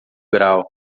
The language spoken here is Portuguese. grau